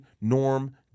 Norm